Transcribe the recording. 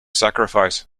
sacrifice